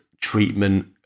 treatment